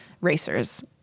racers